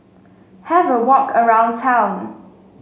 have a walk around town